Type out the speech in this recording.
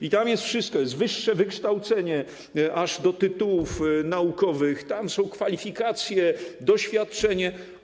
I tam jest wszystko: jest wyższe wykształcenie, aż do tytułów naukowych, tam są kwalifikacje, doświadczenie.